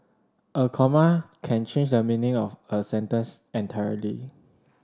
a comma can change the meaning of a sentence entirely